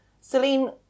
Celine